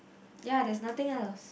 ya there's nothing else